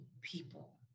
people